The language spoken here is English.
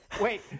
Wait